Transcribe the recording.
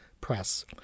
press